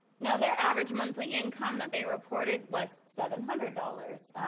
now, their average monthly income that they reported was seven hundred dollars.